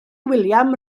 william